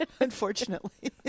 unfortunately